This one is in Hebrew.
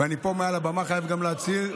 אני פה מעל הבמה חייב גם להצהיר,